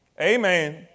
Amen